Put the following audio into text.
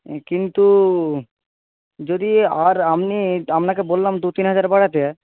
কিন্তু যদি আর আপনি আপনাকে বললাম দু তিন হাজার বাড়াতে